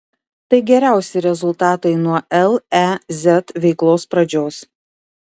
tai geriausi rezultatai nuo lez veiklos pradžios